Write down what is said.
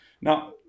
Now